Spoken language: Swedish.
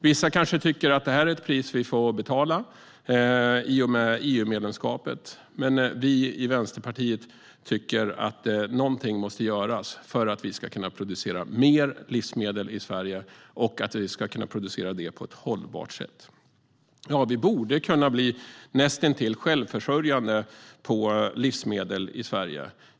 Vissa kanske tycker kanske att det här är ett pris som vi får betala för EU-medlemskapet. Men vi i Vänsterpartiet tycker att någonting måste göras för att man ska kunna producera mer livsmedel i Sverige på ett hållbart sätt. Vi borde kunna bli näst intill självförsörjande på livsmedel i Sverige.